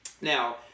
Now